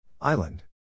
Island